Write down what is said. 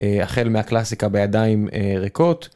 החל מהקלאסיקה בידיים ריקות.